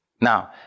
Now